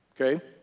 Okay